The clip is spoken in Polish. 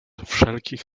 wszelkich